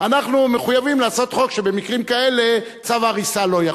אנחנו מחויבים לעשות חוק שבמקרים כאלה צו הריסה לא יחול.